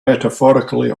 metaphorically